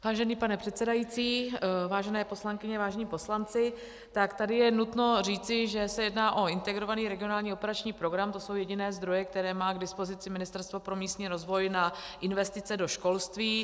Vážený pane předsedající, vážené poslankyně, vážení poslanci, tak tady je nutno říci, že se jedná o Integrovaný regionální operační program, to jsou jediné zdroje, které má k dispozici Ministerstvo pro místní rozvoj na investice do školství.